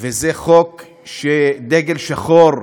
וזה חוק שדגל שחור